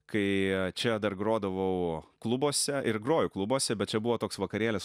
kai čia dar grodavau klubuose ir groju klubuose bet čia buvo toks vakarėlis